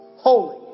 holy